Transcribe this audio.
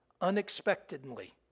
unexpectedly